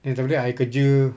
then after that I kerja